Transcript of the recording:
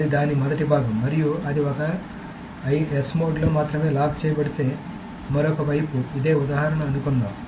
అది దాని మొదటి భాగం మరియు అది ఒక S మోడ్లో మాత్రమే లాక్ చేయబడితే మరొక వైపు అదే ఉదాహరణ అనుకుందాం